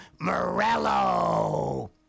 Morello